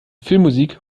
filmmusik